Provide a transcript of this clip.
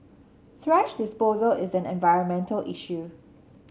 thrash disposal is an environmental issue